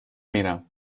میرم